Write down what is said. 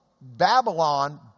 Babylon